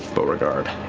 beauregard.